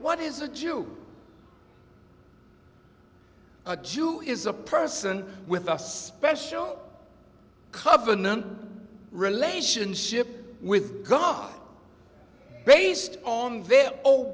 what is a jew a jew is a person with a special covenant relationship with god based on the